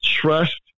trust